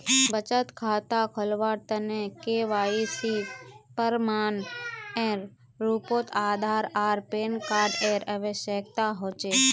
बचत खता खोलावार तने के.वाइ.सी प्रमाण एर रूपोत आधार आर पैन कार्ड एर आवश्यकता होचे